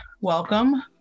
Welcome